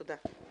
תודה.